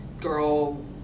girl